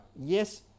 yes